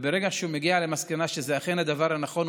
וברגע שהוא מגיע למסקנה שזה אכן הדבר הנכון,